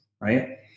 Right